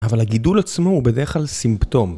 אבל הגידול עצמו הוא בדרך כלל סימפטום.